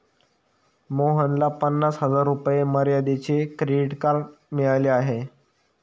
मोहनला पन्नास हजार रुपये मर्यादेचे क्रेडिट कार्ड मिळाले आहे